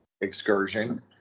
excursion